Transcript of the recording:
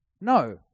No